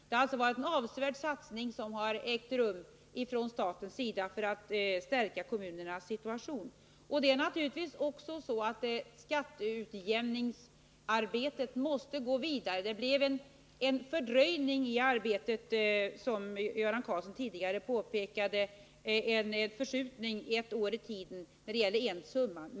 Det har alltså gjorts en avsevärd satsning från statens sida för att stärka kommunernas situation. Arbetet med skatteutjämningen måste naturligtvis också gå vidare. Det blev en förskjutning, som Göran Karlsson tidigare påpekade, i tiden med ett år när det gällde utbetalandet av en del av detta bidrag.